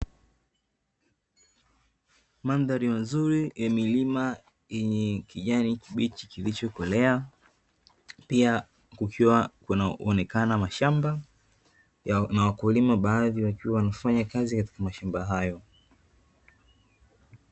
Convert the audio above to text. Mandhari mazuri ya milima yenye kijani kibichi kilichokolea, pia kukiwa kuna uonekana mashamba na wakulima baadhi wakiwa wanafanya kazi katika mashindano hayo.